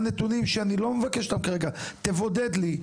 נתונים שאני לא מבקש אותם כרגע; תבודד לי.